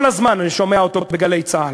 כל הזמן אני שומע אותו ב"גלי צה"ל",